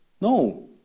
No